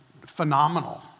phenomenal